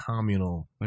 communal